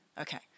Okay